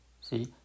See